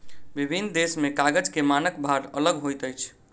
विभिन्न देश में कागज के मानक भार अलग होइत अछि